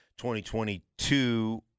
2022